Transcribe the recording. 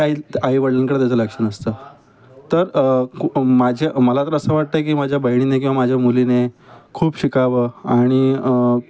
काही आई वडल्यांकडे त्याचं लक्ष नसतं तर माझ्या मला तर असं वाटतं की माझ्या बहिणीने किंवा माझ्या मुलीने खूप शिकावं आणि